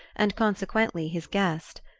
and consequently his guest.